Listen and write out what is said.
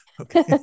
Okay